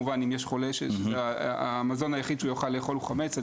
אם יש חולה שהמזון היחיד שהוא יכול לאכול הוא חמץ.